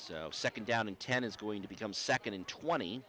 second down and ten is going to become second in twenty